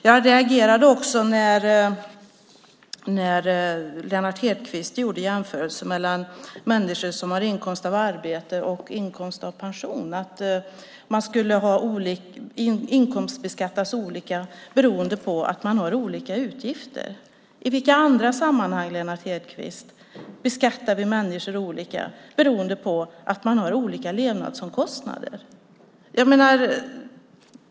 Jag reagerade också när Lennart Hedquist gjorde en jämförelse mellan människor som har inkomst av arbete och människor som har inkomst av pension och sade att människor ska inkomstbeskattas olika beroende på att de har olika utgifter. I vilka andra sammanhang, Lennart Hedquist, beskattar vi människor olika beroende på att de har olika levnadsomkostnader?